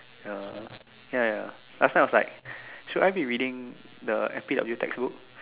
ya ya ya last time I was like should I be reading the F_P_W textbook